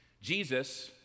Jesus